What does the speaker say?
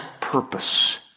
purpose